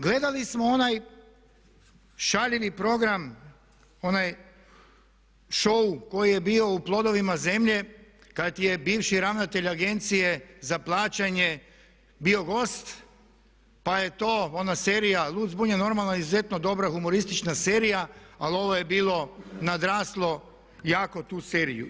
Gledali smo onaj šaljivi program onaj šou koji je bio u „Plodovima zemlje“ kad je bivši ravnatelj agencije za plaćanje bio gost pa je to ona serija „Lud, zbunjen, normalan“ izuzetno dobra humoristična serija ali ovo je bilo nadraslo jako tu seriju.